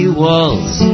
walls